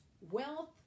Wealth